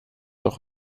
auch